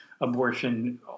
abortion